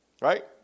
right